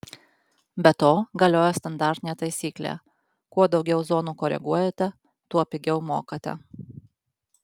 be to galioja standartinė taisyklė kuo daugiau zonų koreguojate tuo pigiau mokate